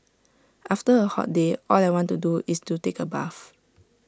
after A hot day all I want to do is to take A bath